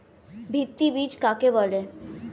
ভিত্তি বীজ কাকে বলে?